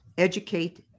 educate